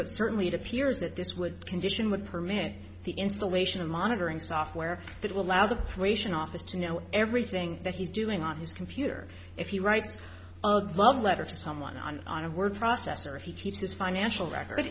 but certainly it appears that this would condition would permit the installation of monitoring software that will allow the place an office to know everything that he's doing on his computer if he writes of love letter to someone on on a word processor he keeps his financial record